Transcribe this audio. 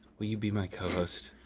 will you be my cohost?